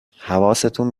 حواستون